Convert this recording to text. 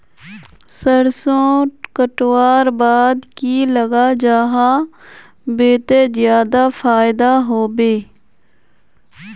सरसों कटवार बाद की लगा जाहा बे ते ज्यादा फायदा होबे बे?